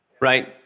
Right